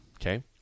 Okay